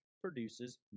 produces